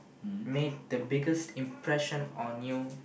made the biggest impression on you